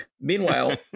Meanwhile